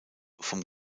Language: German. vom